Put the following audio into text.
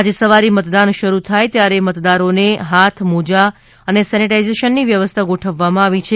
આજે સવારે મતદાન શરૂ થાય ત્યારે મતદારોને હાથ મોજા અને સેનેટાઇઝેશનની વ્યવસ્થા ગોઠવવામાં આવી છે